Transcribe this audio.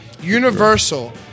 universal